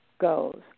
goes